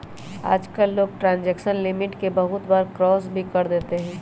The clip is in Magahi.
आजकल लोग ट्रांजेक्शन लिमिट के बहुत बार क्रास भी कर देते हई